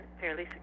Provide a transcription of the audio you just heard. fairly